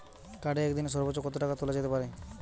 কার্ডে একদিনে সর্বোচ্চ কত টাকা তোলা যেতে পারে?